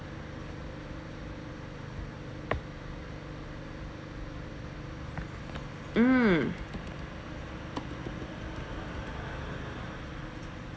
hmm